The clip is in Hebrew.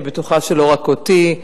אני בטוחה שלא רק אותי.